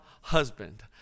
husband